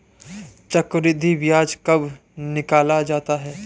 चक्रवर्धी ब्याज कब निकाला जाता है?